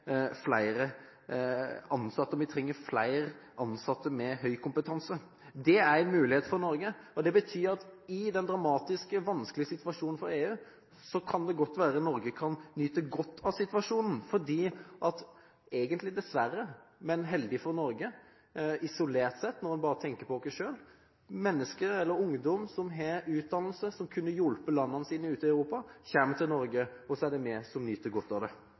flere ansatte med høy kompetanse. Det er en mulighet for Norge. Det betyr at den dramatiske og vanskelige situasjonen for EU kan det godt være at Norge kan nyte godt av, fordi – egentlig dessverre, men heldig for Norge isolert sett, når vi bare tenker på oss selv – ungdommer som har utdannelse, som kunne hjulpet landene sine, ute i Europa, kommer til Norge, og så er det vi som nyter godt av det.